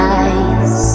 eyes